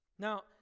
Now